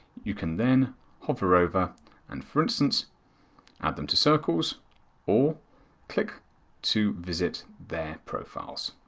you can then hover over and for instance add them to circles or click to visit their profiles.